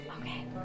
Okay